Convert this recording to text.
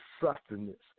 sustenance